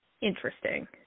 interesting